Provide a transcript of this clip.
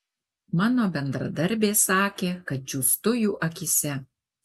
mano bendradarbės sakė kad džiūstu jų akyse